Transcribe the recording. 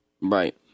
Right